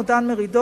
או דן מרידור,